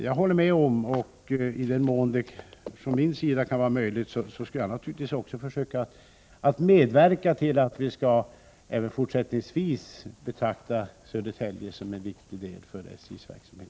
I den mån det är möjligt skall jag naturligtvis från min sida försöka medverka till att man även fortsättningsvis skall betrakta Södertälje som en viktig del för SJ:s verksamhet.